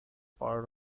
part